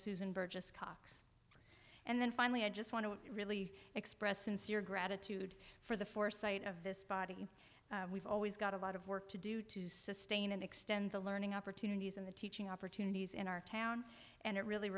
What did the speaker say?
susan burgess cox and then finally i just want to really express sincere gratitude for the foresight of this body we've always got a lot of work to do to sustain and extend the learning opportunities in the teaching opportunities in our town and it really